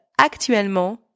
Actuellement